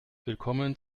willkommen